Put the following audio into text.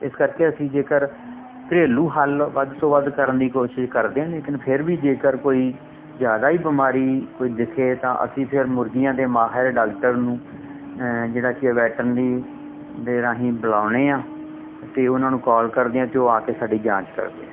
ਇਸ ਕਰਕੇ ਅਸੀਂ ਜੇਕਰ ਘਰੇਲੂ ਹੱਲ ਵੱਧ ਤੋਂ ਵੱਧ ਕਰਨ ਦੀ ਕੋਸ਼ਿਸ਼ ਕਰਦੇ ਹਾਂ ਲੇਕਿਨ ਫਿਰ ਵੀ ਜੇਕਰ ਕੋਈ ਜ਼ਿਆਦਾ ਹੀ ਬਿਮਾਰੀ ਕੋਈ ਦਿਖੇ ਤਾਂ ਅਸੀਂ ਫਿਰ ਮੁਰਗੀਆਂ ਦੇ ਮਾਹਰ ਡਾਕਟਰ ਨੂੰ ਜਿਹੜਾ ਕਿ ਵੈਟਰਨੀ ਦੇ ਰਾਹੀਂ ਬੁਲਾਉਂਦੇ ਹਾਂ ਅਤੇ ਉਹਨਾਂ ਨੂੰ ਕਾਲ ਕਰਦੇ ਹਾਂ ਅਤੇ ਉਹ ਆ ਕੇ ਸਾਡੀ ਜਾਂਚ ਕਰਦੇ ਹੈ